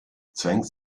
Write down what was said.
zwängt